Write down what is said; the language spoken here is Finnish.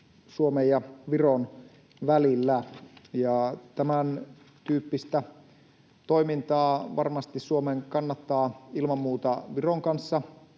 Suomen ja Viron välillä. Tämäntyyppistä toimintaa Suomen kannattaa ilman muuta Viron kanssa